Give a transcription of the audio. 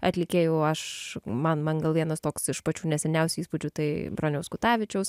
atlikėjų aš man man gal vienas toks iš pačių neseniausių įspūdžių tai broniaus kutavičiaus